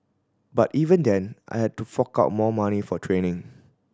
but even then I had to fork out more money for training